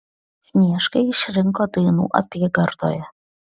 sniešką išrinko dainų apygardoje